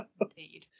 indeed